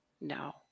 No